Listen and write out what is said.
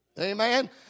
amen